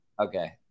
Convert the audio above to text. Okay